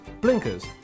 blinkers